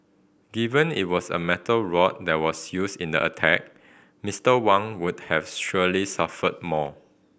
given it was a metal rod that was used in the attack Mister Wang would have surely suffered more